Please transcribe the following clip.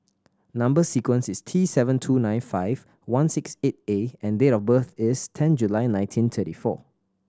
number sequence is T seven two nine five one six eight A and date of birth is ten July nineteen thirty four